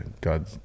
God